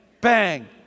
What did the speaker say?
bang